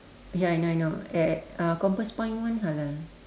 ya I know I know uh compass point one halal